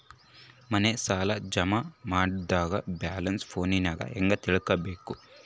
ಮನೆ ಸಾಲ ಜಮಾ ಮಾಡಿದ ಬ್ಯಾಲೆನ್ಸ್ ಫೋನಿನಾಗ ಹೆಂಗ ತಿಳೇಬೇಕು?